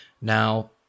Now